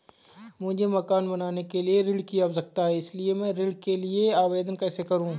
मुझे मकान बनाने के लिए ऋण की आवश्यकता है इसलिए मैं ऋण के लिए आवेदन कैसे करूं?